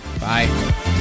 Bye